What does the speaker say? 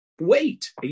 wait